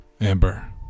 Amber